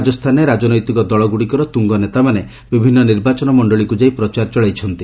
ରାଜସ୍ଥାନରେ ରାଜନୈତିକ ଦଳ ଗୁଡ଼ିକର ତୁଙ୍ଗ ନେତାମାନେ ବିଭିନ୍ନ ନିର୍ବାଚନ ମଣ୍ଡଳୀକୁ ଯାଇ ପ୍ରଚାର ଚଳାଇଛନ୍ତି